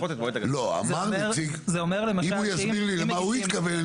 אם הוא יסביר לי למה הוא התכוון,